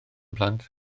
plant